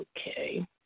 Okay